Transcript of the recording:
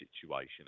situation